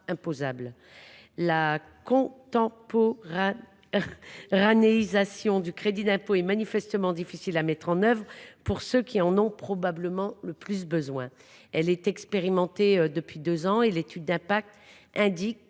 La contemporanéisation du crédit d’impôt est manifestement difficile à mettre en œuvre pour ceux qui en ont probablement le plus besoin. Elle est expérimentée depuis deux ans, mais, selon l’étude d’impact,